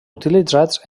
utilitzats